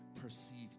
perceived